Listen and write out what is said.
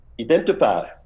identify